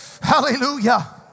Hallelujah